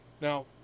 now